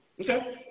Okay